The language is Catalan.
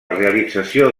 realització